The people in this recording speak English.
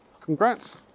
Congrats